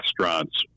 restaurants